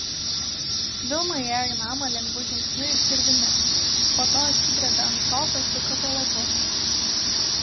vilma įėjo į namą lengvu žingsniu ir širdimi po to atsidrėbė ant sofos su katalogu